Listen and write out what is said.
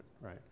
right